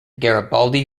garibaldi